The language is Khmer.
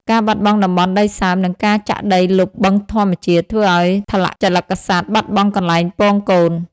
ការបាត់បង់តំបន់ដីសើម និងការចាក់ដីលុបបឹងធម្មជាតិ ធ្វើឱ្យថលជលិកសត្វបាត់បង់កន្លែងពងកូន។